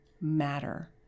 matter